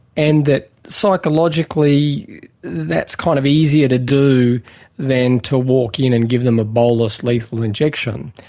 and that psychologically that's kind of easier to do than to walk in and give them a bolus lethal injection.